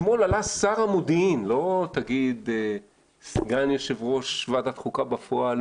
אתמול עלה שר המודיעין לא תגיד סגן יושב-ראש ועדת חוקה בפועל,